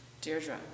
Deirdre